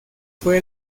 fue